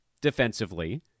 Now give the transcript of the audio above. defensively